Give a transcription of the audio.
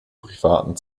privaten